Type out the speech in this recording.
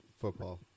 football